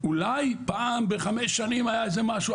אולי פעם בחמש שנים היה איזשהו משהו,